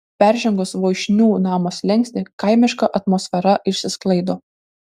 peržengus voišnių namo slenkstį kaimiška atmosfera išsisklaido